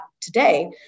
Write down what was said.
today